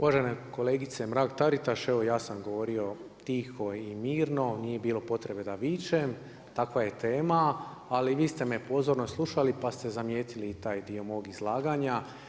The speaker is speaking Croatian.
Uvažena kolegice Mrak-Taritaš, evo ja sam govorio tiho i mirno, nije bilo potrebe da vičem, takva je tema ali vi ste me pozorno slušali pa ste zamijetili i taj dio mog izlaganja.